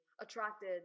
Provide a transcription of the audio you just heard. attracted